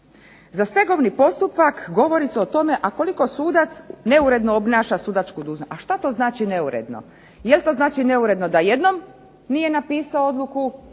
Za stegovni postupak govori se o tome a koliko sudac neuredno obnaša sudačku dužnost. A što to znači neuredno? Jel' to znači neuredno da jednom nije napisao odluku